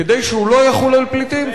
כדי שהוא לא יחול על פליטים,